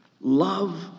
Love